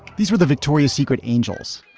these were the victoria's secret angels.